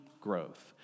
growth